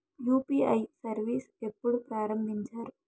UPI service ఎప్పుడు ప్రారంభించారు?